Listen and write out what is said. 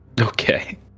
Okay